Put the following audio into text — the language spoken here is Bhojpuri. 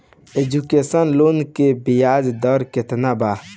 एजुकेशन लोन के ब्याज दर केतना बा?